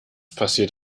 passiert